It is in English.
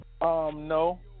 no